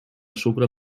sucre